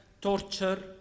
torture